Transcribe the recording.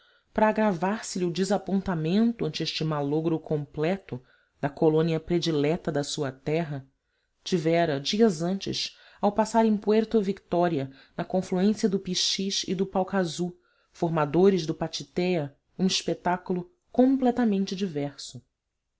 para agravar se lhe o desapontamento ante este malogro completo da colônia predileta da sua terra tivera dias antes ao passar em puerto victoria na confluência do pichis e do palcazu formadores do pachitéa um espetáculo completamente diverso